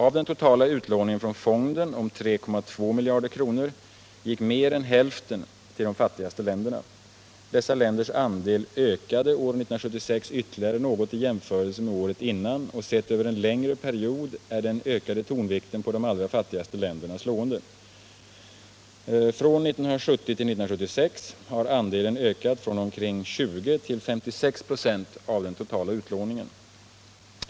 Av den totala utlåningen från fonden om 3,2 miljarder kronor gick mer än hälften till de fattigaste länderna. Dessa länders andel ökade år 1976 ytterligare något i jämförelse med året innan och sett över en längre period är den ökade tonvikten på de allra fattigaste länderna slående. Från 1970 till 1976 har andelen ökat från omkring 20 till 56 26 av den totala utlåningen.